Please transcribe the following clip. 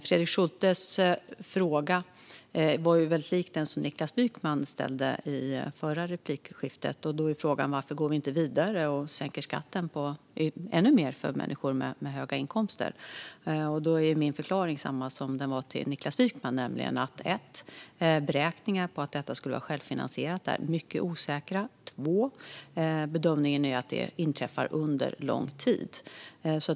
Fredrik Schultes fråga liknade den Niklas Wykman ställde i sitt förra anförande. Frågan är varför vi inte går vidare och sänker skatten ännu mer för människor med höga inkomster. Min förklaring är densamma som den jag gav till Niklas Wykman, nämligen för det första att beräkningarna på att detta skulle vara självfinansierat är mycket osäkra och för det andra att bedömningen är att de inträffar under lång tid.